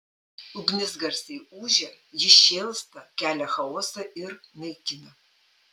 ugnis garsiai ūžia ji šėlsta kelia chaosą ir naikina